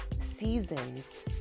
seasons